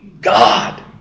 God